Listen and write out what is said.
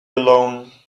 alone